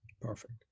Perfect